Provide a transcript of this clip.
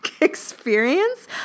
experience